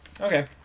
okay